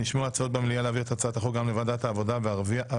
נשמעו במליאה הצעות להעביר את הצעת החוק גם לוועדת העבודה והרווחה.